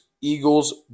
Eagles